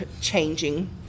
changing